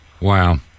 Wow